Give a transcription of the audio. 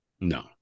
No